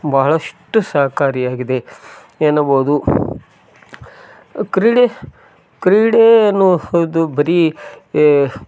ಬಹಳಷ್ಟು ಸಹಕಾರಿಯಾಗಿದೆ ಎನ್ನಬೋದು ಕ್ರೀಡೆ ಕ್ರೀಡೆ ಎನ್ನುವುದು ಬರಿ ಏ